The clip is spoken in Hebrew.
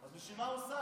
אז בשביל מה הוא שר?